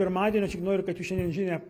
pirmadienio aš tik noriu kad jūs šiandien žinią